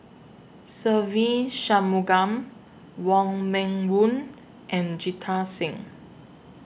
Se Ve Shanmugam Wong Meng Voon and Jita Singh